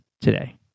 today